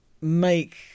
make